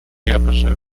episodes